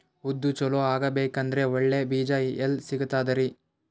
ಉದ್ದು ಚಲೋ ಆಗಬೇಕಂದ್ರೆ ಒಳ್ಳೆ ಬೀಜ ಎಲ್ ಸಿಗತದರೀ?